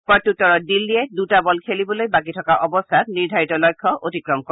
প্ৰত্যুত্তৰত দিল্লীয়ে দুটা বল খেলিবলৈ বাকী থকা অৱস্থাত নিৰ্ধাৰিত লক্ষ্য অতিক্ৰম কৰে